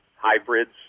hybrids